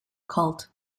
cult